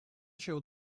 show